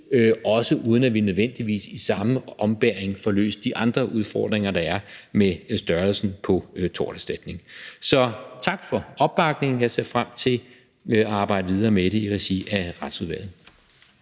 også uden at vi nødvendigvis i samme ombæring får løst de andre udfordringer, der er med størrelsen på torterstatning. Så tak for opbakningen. Jeg ser frem til at arbejde videre med det i regi af Retsudvalget.